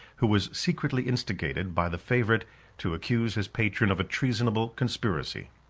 who was secretly instigated by the favorite to accuse his patron of a treasonable conspiracy.